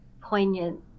poignant